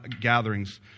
gatherings